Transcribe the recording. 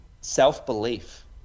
self-belief